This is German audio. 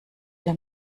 der